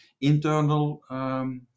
internal